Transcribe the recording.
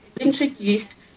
introduced